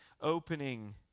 opening